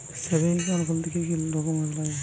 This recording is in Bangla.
সেভিংস একাউন্ট খুলতে কি কি ডকুমেন্টস লাগবে?